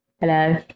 Hello